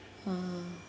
ah